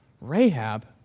Rahab